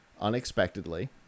unexpectedly